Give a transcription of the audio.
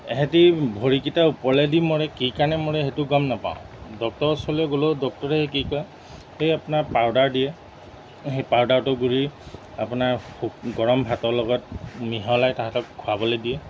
এহেঁতি ভৰিকেইটা ওপৰলৈ দি মৰে কি কাৰণে মৰে সেইটো গম নাপাওঁ ডক্টৰ ওচৰলৈ গ'লেও ডক্টৰে কি কয় সেই আপোনাৰ পাউদাৰ দিয়ে সেই পাউদাৰটো গুৰি আপোনাৰ গৰম ভাতৰ লগত মিহলাই তাহাঁতক খোৱাবলৈ দিয়ে